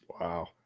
Wow